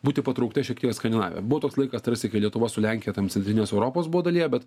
būti patraukta šiek tiek skandinavija buvo toks laikas tarsi kai lietuva su lenkija ten centrinės europos buvo dalyje bet